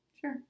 Sure